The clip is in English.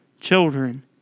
children